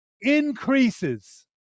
increases